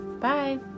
Bye